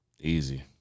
Easy